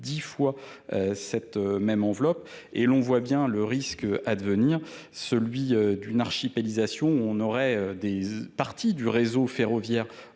dix fois cette même enveloppe et l'on voit bien le risque à venir celui d'une archipelago où on aurait des parties du réseau ferroviaire